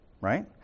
right